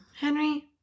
Henry